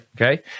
Okay